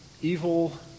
evil